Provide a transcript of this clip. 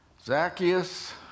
Zacchaeus